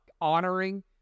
honoring